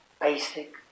basic